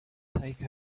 take